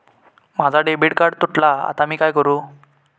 माझा debit card तुटला हा आता मी काय करू?